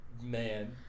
Man